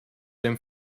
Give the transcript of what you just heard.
dem